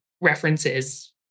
references